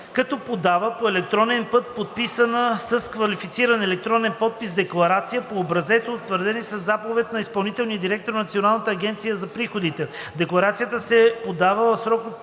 като подава по електронен път, подписана с квалифициран електронен подпис декларация по образец, утвърден със заповед на изпълнителния директор на Националната агенция за приходите. Декларацията се подава в срок до